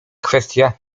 kwestia